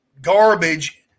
garbage